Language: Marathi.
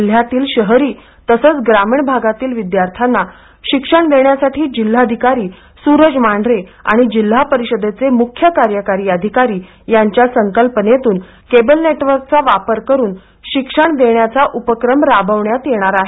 जिल्हयातील शहरी तसंच ग्रामीण भागातील विद्यार्थ्यांना शिक्षण देण्यासाठी जिल्हाधिकारी सूरज मांढरे आणि जिल्हा परिषदेच्या मुख्य कार्यकारी अधिकारी यांच्या संकल्पनेतून केबल नेटवर्कचा वापर करुन शिक्षण देण्याचा उपक्रम राबविण्यात येणार आहे